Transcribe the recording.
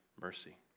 mercy